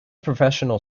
professional